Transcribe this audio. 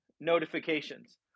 notifications